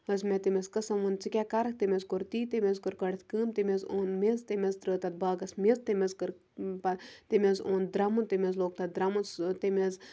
منٛز مےٚ تٔمِس قٕسٕم ووٚن ژٕ کیٛاہ کَرَکھ تیٚمۍ حظ کوٚر تی تٔمۍ حظ کوٚر گۄڈٮ۪تھ کٲم تٔمۍ حظ اوٚن میٚژ تٔمۍ حظ ترٛٲو تَتھ باغَس میٚژ تٔمۍ حظ کٔر تٔمۍ حظ اوٚن درٛمُن تٔمۍ حظ لوگ تَتھ درٛمُن سُہ تٔمۍ حظ